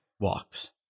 walks